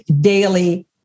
daily